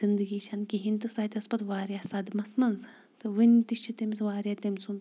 زندگی چھَنہٕ کہیٖنۍ تہٕ سۄ تہِ ٲسۍ پتہٕ واریاہ صدمس منٛز تہٕ وٕنہِ تہِ چھ تٔمس واریاہ تٔمۍ سُند